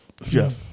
Jeff